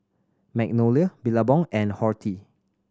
Magnolia Billabong and Horti